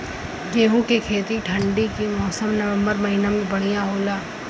गेहूँ के खेती ठंण्डी के मौसम नवम्बर महीना में बढ़ियां होला?